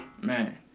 Man